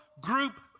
group